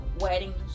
weddings